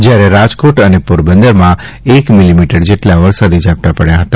જ્યારે રાજકોટ અને પોરબંદરમાં એક મીલીમીટર જેટલા વરસાદી ઝાપટાં પડ્યા હતા